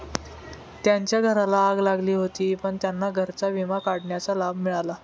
त्यांच्या घराला आग लागली होती पण त्यांना घराचा विमा काढण्याचा लाभ मिळाला